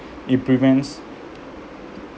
it prevents